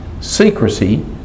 Secrecy